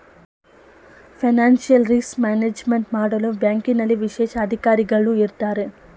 financial risk management ಮಾಡಲು ಬ್ಯಾಂಕ್ನಲ್ಲಿ ವಿಶೇಷ ಅಧಿಕಾರಿಗಳು ಇರತ್ತಾರೆ